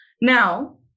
Now